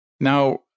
Now